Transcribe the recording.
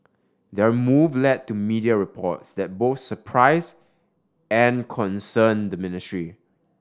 their move led to media reports that both surprised and concerned the ministry